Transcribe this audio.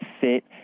fit